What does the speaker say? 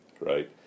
right